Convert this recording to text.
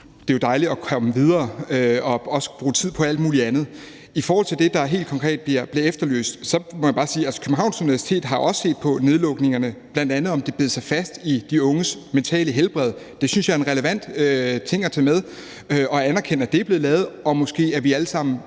det er jo dejligt at komme videre og også bruge tid på alt muligt andet. I forhold til det, der helt konkret bliver efterlyst, må jeg bare sige, at Københavns Universitet altså også har set på nedlukningerne, bl.a. om det bed sig fast i de unges mentale helbred. Det synes jeg er en relevant ting at tage med og anerkende er blevet lavet, og det er måske